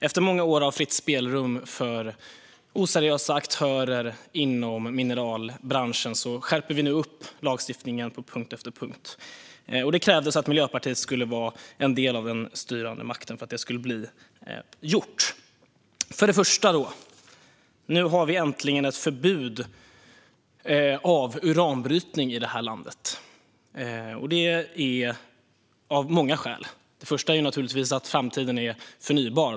Efter många år av fritt spelrum för oseriösa aktörer inom mineralbranschen börjar vi nu skärpa lagstiftningen på punkt efter punkt. Det krävdes att Miljöpartiet skulle vara en del av den styrande makten för att det skulle bli av. För det första har vi äntligen ett förbud mot uranbrytning i det här landet. Det finns många skäl till det. Till att börja med är framtiden förnybar.